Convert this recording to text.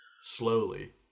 slowly